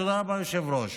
תודה רבה, היושב-ראש.